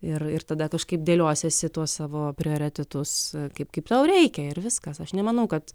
ir ir tada kažkaip dėliosiesi tuos savo prioritetus kaip kaip tau reikia ir viskas aš nemanau kad